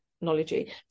technology